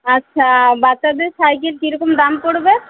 আচ্ছা বাচ্চাদের সাইকেল কীরকম দাম পড়বে